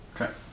Okay